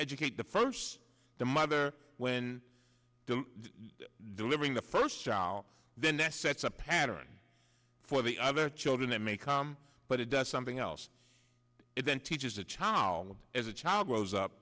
educate the first the mother when they're delivering the first child then nest sets a pattern for the other children that may come but it does something else it then teaches the child as a child grows up